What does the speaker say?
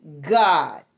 God